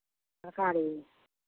सरकारी